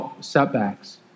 setbacks